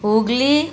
Hooghly